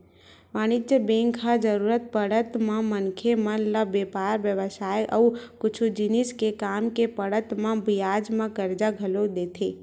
वाणिज्य बेंक ह जरुरत पड़त म मनखे मन ल बेपार बेवसाय अउ कुछु जिनिस के काम के पड़त म बियाज म करजा घलोक देथे